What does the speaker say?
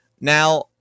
now